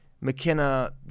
McKenna